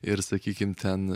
ir sakykim ten